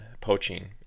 poaching